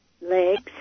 Legs